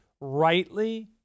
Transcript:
rightly